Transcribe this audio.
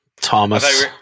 Thomas